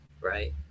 Right